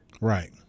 Right